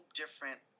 different